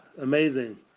amazing